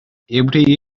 every